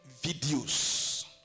videos